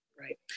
Right